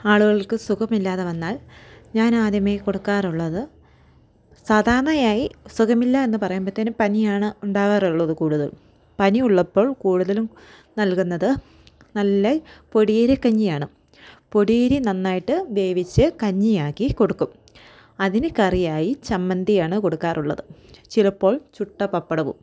ആളുകൾക്ക് സുഖമില്ലാതെ വന്നാൽ ഞാൻ ആദ്യമേ കൊടുക്കാറുള്ളത് സാധാരണയായി സുഖമില്ല എന്ന് പറയുമ്പോഴ്ത്തേനും പനിയാണ് ഉണ്ടാകാറുള്ളത് കൂടുതലും പനി ഉള്ളപ്പോൾ കൂടുതലും നൽകുന്നത് നല്ല പൊടിയരി കഞ്ഞിയാണ് പൊടിയരി നന്നായിട്ട് വേവിച്ച് കഞ്ഞിയാക്കി കൊടുക്കും അതിനു കറിയായി ചമ്മന്തിയാണ് കൊടുക്കാറുള്ളത് ചിലപ്പോൾ ചുട്ട പപ്പടവും